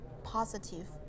positive